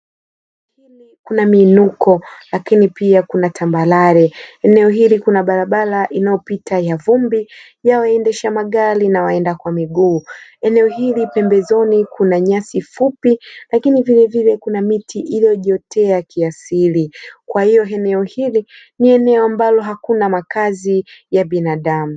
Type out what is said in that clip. Kuna miinuko, lakini pia kuna tambarare. Eneo hili kuna barabara inayopita ya vumbi ya waendesha magari na waenda kwa miguu. Eneo hili pembezoni kuna nyasi fupi lakini vilevile kuna miti iliyojiotea ya kiasili, kwa hiyo eneo hili ni eneo ambalo hakuna makazi ya binadamu.